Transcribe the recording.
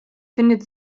findet